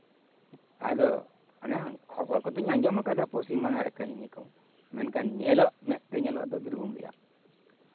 ᱟᱫᱚ ᱦᱮᱸ ᱠᱷᱚᱵᱚᱨ ᱠᱚᱫᱚᱧ ᱟᱸᱡᱚᱢ ᱠᱟᱫᱟ ᱟᱵᱚ ᱯᱚᱥᱪᱤᱢ ᱵᱟᱝᱞᱟ ᱨᱮᱭᱟᱜ ᱠᱚ ᱵᱤᱨᱵᱷᱩᱢ ᱨᱮᱭᱟᱜ